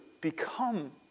become